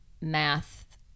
math